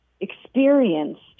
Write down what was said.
experienced